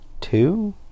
two